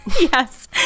Yes